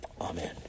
Amen